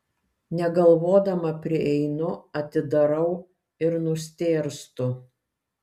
negalvodama prieinu atidarau ir nustėrstu